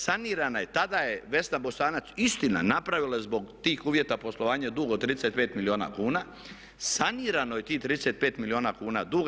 Sanirana je, tada je Vesna Bosanac, istina napravila zbog tih uvjeta poslovanja dug od 35 milijuna kuna, sanirano je tih 35 milijuna kuna duga.